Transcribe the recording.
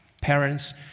Parents